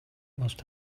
must